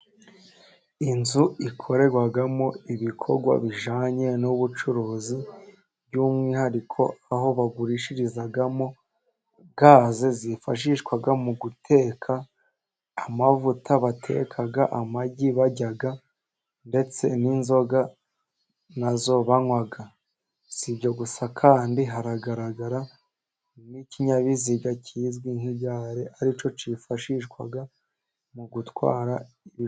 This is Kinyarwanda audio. Inzu ikorerwamo ibikorwa bijyanye n'ubucuruzi, by'umwihariko aho bagurishirizamo gazi zifashishwa mu guteka, amavuta bateka, amagi barya, ndetse n'inzoga na zo banywa. Si ibyo gusa kandi haragaragara n'ikinyabiziga kizwi nk'igare ari cyo cyifashishwa mu gutwara...